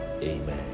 Amen